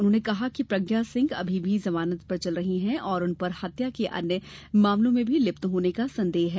उन्होंने कहा कि प्रज्ञा सिंह अभी भी जमानत पर चल रही हैं और उन पर हत्या के अन्य मामलों में भी लिप्त होने का संदेह है